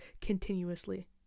continuously